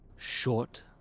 Short